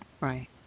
Right